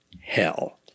hell